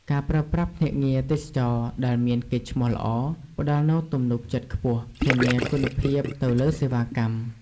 ការប្រើប្រាស់ភ្នាក់ងារទេសចរណ៍ដែលមានកេរ្តិ៍ឈ្មោះល្អ ផ្តល់នូវទំនុកចិត្តខ្ពស់ ធានាគុណភាពទៅលើសេវាកម្ម។